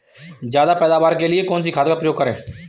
ज्यादा पैदावार के लिए कौन सी खाद का प्रयोग करें?